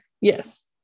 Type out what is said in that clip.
Yes